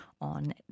on